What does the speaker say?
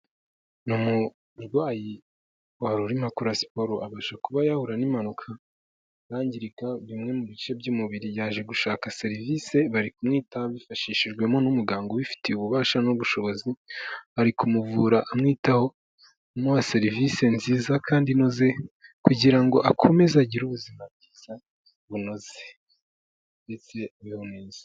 Ni umurwayi wari urimo akora siporo abasha kuba yahura n'impanuka, arangirika bimwe mu bice by'umubiri, yaje gushaka serivisi bari kumwitaho bifashishijwemo n'umuganga ubifitiye ububasha n'ubushobozi, ari kumuvura amwitaho, amuha serivisi nziza kandi inoze kugira ngo akomeze agire ubuzima bunoze ndetse abeho neza.